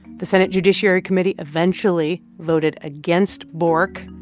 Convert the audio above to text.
the senate judiciary committee eventually voted against bork.